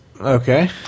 Okay